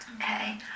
Okay